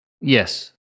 Yes